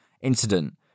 incident